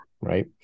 right